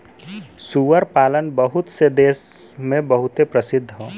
सूअर पालन बहुत से देस मे बहुते प्रसिद्ध हौ